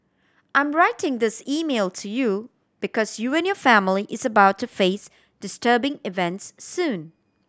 I'm writing this email to you because you and your family is about to face disturbing events soon